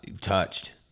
touched